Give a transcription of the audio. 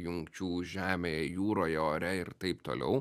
jungčių žemėje jūroje ore ir taip toliau